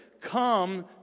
Come